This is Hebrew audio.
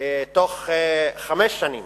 בתוך חמש שנים